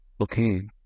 Okay